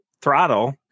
throttle